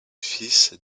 fils